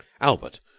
Albert